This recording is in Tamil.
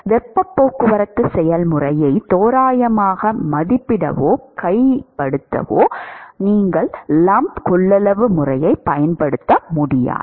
வெப்பப் போக்குவரத்து செயல்முறையை தோராயமாக மதிப்பிடவோ வகைப்படுத்தவோ நீங்கள் லம்ப்ட் கொள்ளளவு முறையைப் பயன்படுத்த முடியாது